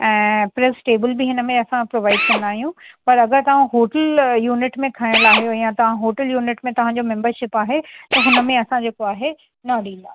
ऐं press table बि हिनमें असां प्रोवाइड कंदा आहियूं पर अगरि तव्हां होटल यूनिट में खयल आहे या होटल यूनिट में तव्हां जो मेंबरशीप आहे त हुनमें असां जेको आहे न ॾींदा